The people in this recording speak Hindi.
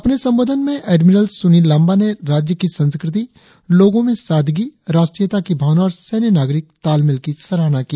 अपने संबोधन में एडमिरल सुनील लांबा ने राज्य की संस्कृति लोगो में सादगी राष्ट्रीयता की भावना और सैन्य नागरिक तालमेल की सराहना की